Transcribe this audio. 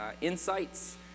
insights